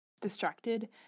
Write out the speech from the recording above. distracted